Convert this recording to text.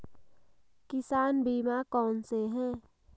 किसान बीमा कौनसे हैं?